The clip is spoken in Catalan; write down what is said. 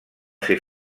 ser